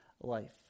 life